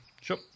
Sure